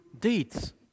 deeds